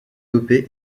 dopé